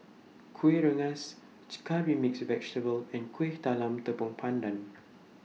Kuih Rengas Curry Mixed Vegetable and Kuih Talam Tepong Pandan